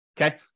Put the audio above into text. Okay